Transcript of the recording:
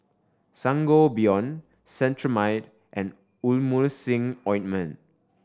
Sangobion Cetrimide and Emulsying Ointment